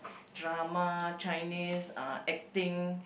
drama Chinese uh acting